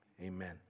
Amen